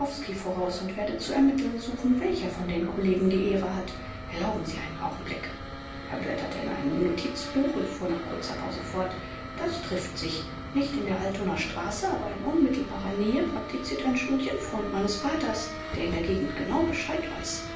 voraus und werde zu ermitteln suchen welcher von den kollegen die ehre hat erlauben sie einen augenblick er blätterte in einem notizbuch und fuhr nach kurzer pause fort das trifft sich nicht in der altonaer straße aber in unmittelbarer nähe praktiziert ein studienfreund meines vaters der in der gegend genau bescheid weiß